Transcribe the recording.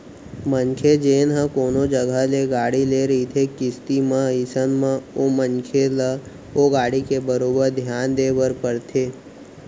मनखे जेन ह कोनो जघा ले गाड़ी ले रहिथे किस्ती म अइसन म ओ मनखे ल ओ गाड़ी के बरोबर धियान देय बर परथे